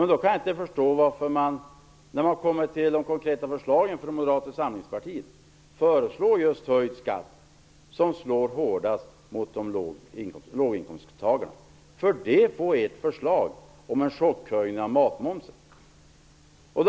Men då kan jag inte förstå att man, när man kommer till de konkreta förslagen från Moderata samlingspartiet, föreslår just höjd skatt som slår hårdast mot låginkomsttagarna, för det innebär ert förslag om en chockhöjning av matmomsen.